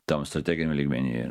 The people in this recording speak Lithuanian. tam strateginiam lygmenyje